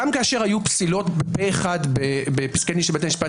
גם כשהיו פסילות פה אחד בפסקי דין של בית המשפט